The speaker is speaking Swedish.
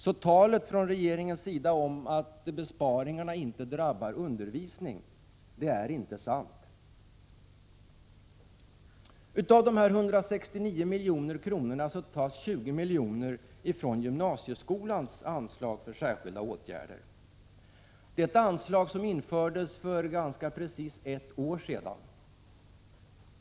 Så talet från regeringens sida om att besparingarna inte drabbar undervisningen är inte sant. Av dessa 169 milj.kr. tas 20 milj.kr. från gymnasieskolans anslag för särskilda åtgärder. Det är ett anslag som infördes för ganska precis ett år sedan.